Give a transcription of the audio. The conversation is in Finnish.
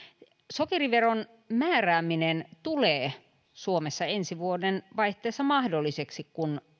sokeriveron määrääminen tulee suomessa ensi vuoden vaihteessa mahdolliseksi kun